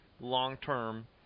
long-term